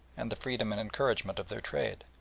and the freedom and encouragement of their trade.